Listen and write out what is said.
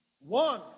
one